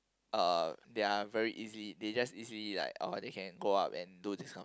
uh they are very easy they just easily like oh they can go up and do this kind of